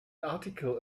article